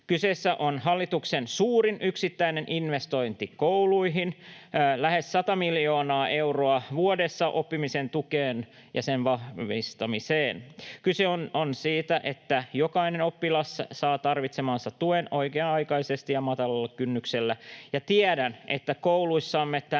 Kyseessä on hallituksen suurin yksittäinen investointi kouluihin, lähes 100 miljoonaa euroa vuodessa oppimisen tukeen ja sen vahvistamiseen. Kyse on siitä, että jokainen oppilas saa tarvitsemansa tuen oikea-aikaisesti ja matalalla kynnyksellä, ja tiedän, että kouluissamme tämä